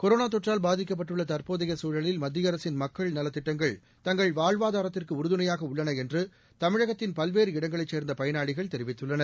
corona தொற்றால் பாதிக்கப்பட்டுள்ள தற்போதைய சூழலில் மத்திய அரசின் மக்கள் நலத் திட்டங்கள் தங்கள் வாழ்வாதாரத்திற்கு உறுதுணையாக உள்ளன என்று தமிழகத்தின் பல்வேறு இடங்களைச் சேர்ந்த பயனாளிகள் தெரிவித்துள்ளனர்